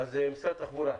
משרד התחבורה,